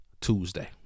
Tuesday